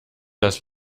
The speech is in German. das